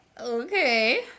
Okay